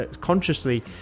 consciously